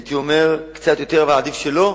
הייתי אומר קצת יותר, אבל אני מעדיף שלא,